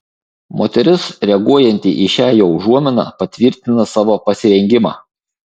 moteris reaguojanti į šią jo užuominą patvirtina savo pasirengimą